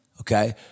okay